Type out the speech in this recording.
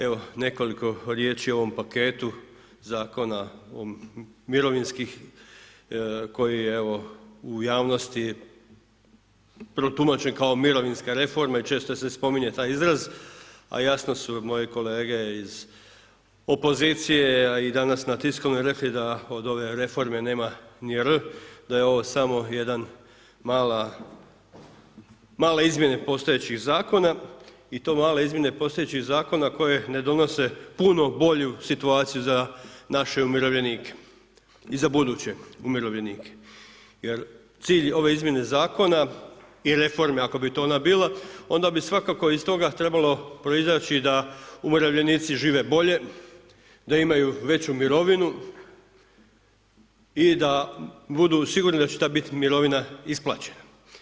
Evo nekoliko riječi o ovom paketu zakona mirovinskih koji je evo, u javnosti protumačen kao mirovinska reforma i često se spominje taj izraz a jasno su moji kolege iz opozicije a i danas na tiskovnoj, rekli da od ove reforme nema ni “r“, da je ovo samo jedna mala izmjena postojećih zakona i to male izmjene postojećih zakona koje ne donose puno bolju situaciju za naš umirovljenike i za buduće umirovljenike jer cilj ove izmjene zakona i reforme ako bi ona bila, onda bi svakako iz toga trebalo proizaći da umirovljenici žive bolje, da imaju veću mirovinu i da budu sigurni da će bit mirovina isplaćena.